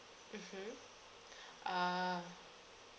mmhmm ah